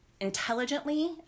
intelligently